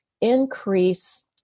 increase